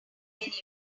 anyway